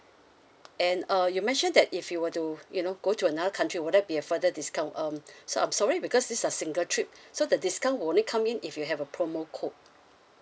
and uh you mention that if you were to you know go to another country would that be a further discount um so I'm sorry because this a single trip so the discount would only come in if you have a promo code